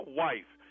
wife